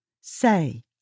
Say